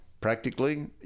practically